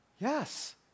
Yes